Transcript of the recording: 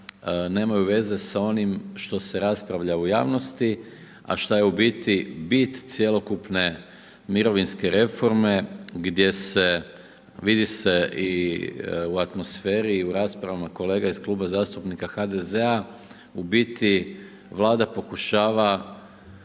nemaju veze s onim što se raspravlja u javnosti a šta je u biti bit cjelokupne mirovinske reforme gdje se vidi se i u atmosferi i u raspravama kolega iz Kluba zastupnika HDZ-a u biti Vlada pokušava